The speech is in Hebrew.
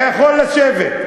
אתה יכול לשבת.